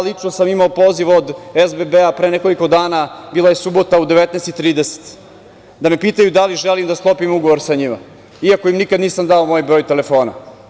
Lično sam imao poziv od SBB pre nekoliko dana, bila je subota u 19.30 sati, da me pitaju da li želim da sklopim ugovor sa njima, iako im nikad nisam dao moj broj telefona.